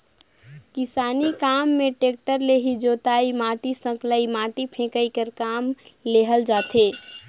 किसानी काम मे टेक्टर ले ही जोतई, माटी सकलई, माटी फेकई कर काम लेहल जाथे